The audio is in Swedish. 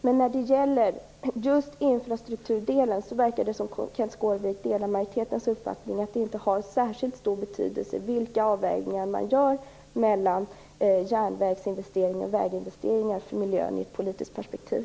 Men när det gäller just infrastrukturdelen verkar det som att Kenth Skårvik delar majoritetens uppfattning, att det inte har särskilt stor betydelse för miljön vilka avvägningar man gör mellan järnvägsinvesteringar och väginvesteringar i ett politiskt perspektiv.